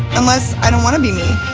must i do want to be me,